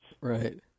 Right